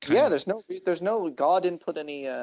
yeah, there's no there's no god didn't put any yeah